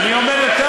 אני אומר יותר